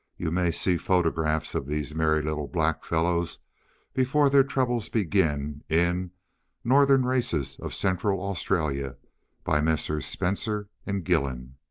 you may see photographs of these merry little black fellows before their troubles begin, in northern races of central australia by messrs. spencer and gillen.